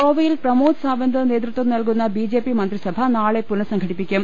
ഗോവയിൽ പ്രമോദ് സാവന്ത് നേതൃത്വം നൽകുന്ന ബിജെപി മന്ത്രി സഭ നാളെ പുന സം ഘ ടി പ്പിക്കും